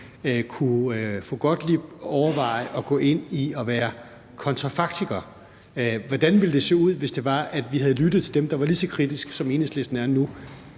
fru Jette Gottlieb overveje at gå ind i at være kontrafaktisk? Altså, hvordan ville det se ud, hvis det var, at vi havde lyttet til dem, der var lige så kritiske, som Enhedslisten er nu,